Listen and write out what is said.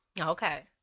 Okay